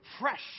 Fresh